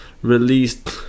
released